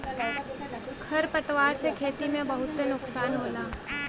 खर पतवार से खेती में बहुत नुकसान होला